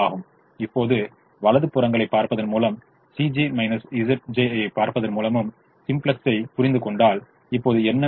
இப்போது வலது புறங்களைப் பார்ப்பதன் மூலமும் ஐ பார்ப்பதன் மூலமும் சிம்ப்ளெக்ஸைப் புரிந்துகொண்டால் இப்போது என்ன நடக்கும்